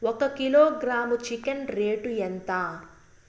ఒక kilogram chicken rate ఎంత?